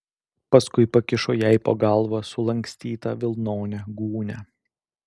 paskui pakišo jai po galva sulankstytą vilnonę gūnią